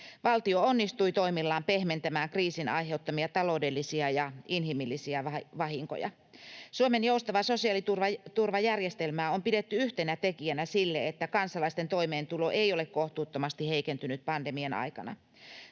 Valtio onnistui toimillaan pehmentämään kriisin aiheuttamia taloudellisia ja inhimillisiä vahinkoja. Suomen joustavaa sosiaaliturvajärjestelmää on pidetty yhtenä tekijänä siinä, että kansalaisten toimeentulo ei ole kohtuuttomasti heikentynyt pandemian aikana.